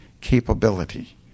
capability